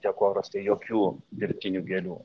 dekoruose jokių dirbtinių gėlių